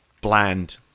bland